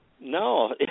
No